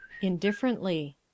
Indifferently